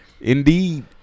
Indeed